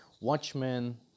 Watchmen